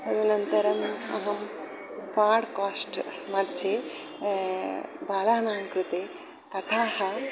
तदनन्तरम् अहं पाड्काश्ट्मध्ये बालानां कृते कथाः